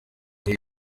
gihe